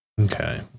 Okay